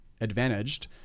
advantaged